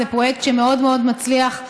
זה פרויקט שמאוד מאוד מצליח,